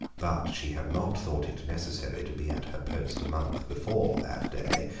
but she had not thought it necessary to be at her post a month before that day,